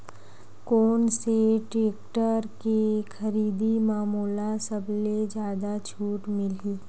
कोन से टेक्टर के खरीदी म मोला सबले जादा छुट मिलही?